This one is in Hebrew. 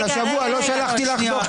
השבוע לא שלחתי לך דוח,